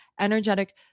energetic